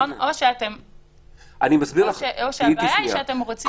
או שהבעיה היא שאתם רוצים משהו מוגדר יותר.